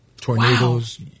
tornadoes